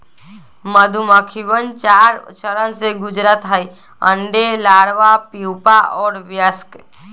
मधुमक्खिवन चार चरण से गुजरा हई अंडे, लार्वा, प्यूपा और वयस्क